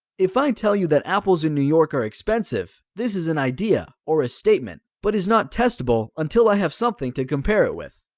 if i tell you that apples in new york are expensive, this is an idea, or a statement, but is not testable, until i have something to compare it with.